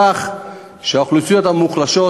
כך שהאוכלוסיות המוחלשות,